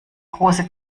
große